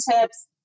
tips